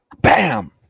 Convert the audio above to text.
Bam